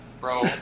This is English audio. bro